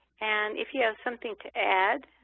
and if you have something to add,